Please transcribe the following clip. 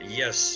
yes